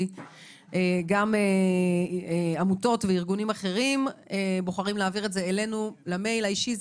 כי גם עמותות וארגונים אחרים בוחרים להעביר את זה אלינו למייל האישי.